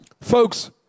Folks